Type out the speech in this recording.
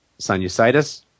sinusitis